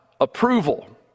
approval